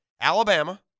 Alabama